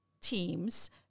teams